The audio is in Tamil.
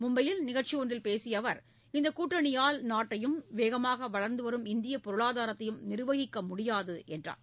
மும்பையில் நிகழ்ச்சி ஒன்றில் பேசிய அவர் இந்தக் கூட்டணியால் நாட்டையும் வேகமாக வளர்ந்து வரும் இந்தியப் பொருளாதாரத்தையும் நிர்வகிக்க முடியாது என்றார்